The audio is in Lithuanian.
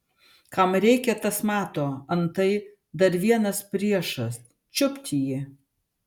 kam reikia tas mato antai dar vienas priešas čiupt jį